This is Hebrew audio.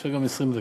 אפשר גם 20 דקות.